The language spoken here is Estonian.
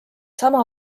sama